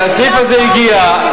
כי הסעיף הזה הגיע,